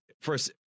first